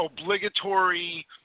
obligatory